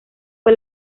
fue